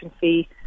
fee